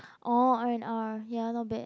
oh R and R ya not bad